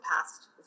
past